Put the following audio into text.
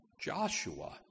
Joshua